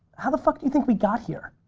how the fuck you think we got here?